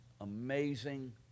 amazing